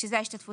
שזה ההשתתפות